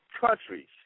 countries